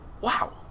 wow